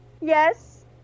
yes